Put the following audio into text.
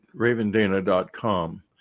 ravendana.com